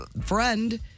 friend